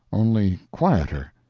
only quieter.